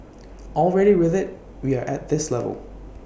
already with IT we are at this level